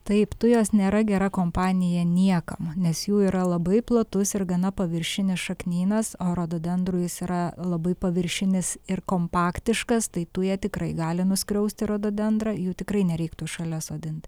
taip tujos nėra gera kompanija niekam nes jų yra labai platus ir gana paviršinis šaknynas o rododendrų jis yra labai paviršinis ir kompaktiškas tai tuja tikrai gali nuskriausti rododendrą jų tikrai nereiktų šalia sodint